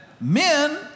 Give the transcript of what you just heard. men